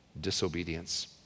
disobedience